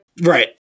right